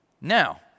Now